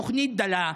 תוכנית דלה,